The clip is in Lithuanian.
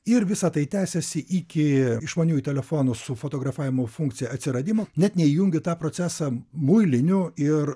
ir visa tai tęsėsi iki išmaniųjų telefonų su fotografavimo funkcija atsiradimo net neįjungiu į tą procesą muilinių ir